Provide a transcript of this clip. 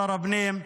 שר הפנים,